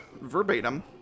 verbatim